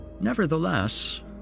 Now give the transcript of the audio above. nevertheless